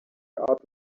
art